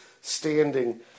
standing